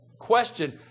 question